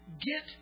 get